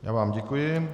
Já vám děkuji.